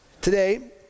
Today